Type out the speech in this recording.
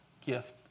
gift